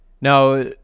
Now